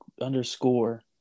underscore